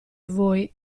voi